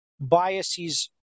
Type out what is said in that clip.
biases